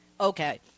Okay